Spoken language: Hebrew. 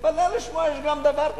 תתפלא לשמוע, יש גם דבר כזה.